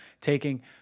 taking